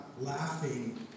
laughing